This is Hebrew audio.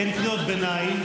אין קריאות ביניים,